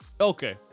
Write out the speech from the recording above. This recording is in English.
Okay